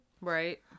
Right